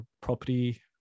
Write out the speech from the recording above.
property